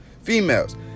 Females